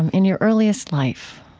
in your earliest life?